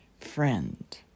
friend